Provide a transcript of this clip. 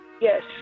Yes